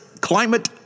Climate